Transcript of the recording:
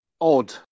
odd